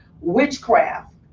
witchcraft